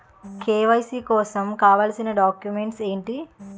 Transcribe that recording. KYC కోసం కావాల్సిన documents ఎంటి?